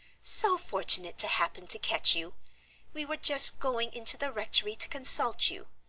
so fortunate to happen to catch you we were just going into the rectory to consult you.